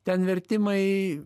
ten vertimai